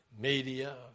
media